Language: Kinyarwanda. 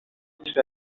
muri